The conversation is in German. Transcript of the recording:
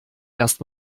erst